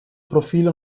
profilo